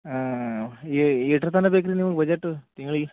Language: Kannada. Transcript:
ಹಾಂ ಎಟ್ರ್ ತನ ಬೇಕ್ರಿ ನಿಮ್ಗ ಬಜೆಟು ತಿಂಗ್ಳಿಗೆ